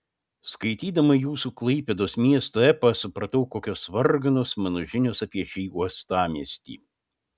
skaitydama jūsų klaipėdos miesto epą supratau kokios varganos mano žinios apie šį uostamiestį